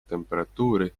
temperatuuri